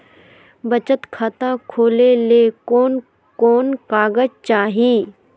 बचत खाता खोले ले कोन कोन कागज चाही?